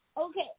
Okay